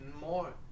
more